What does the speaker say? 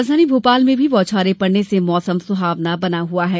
राजधानी भोपाल में भी बौछारे पड़ने से मौसम सुहावना बना हुआ है